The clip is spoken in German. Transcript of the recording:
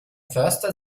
förster